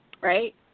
right